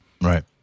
Right